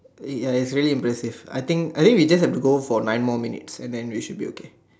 ya it's really impressive I think I think we just have to go for nine more minutes and then we should be okay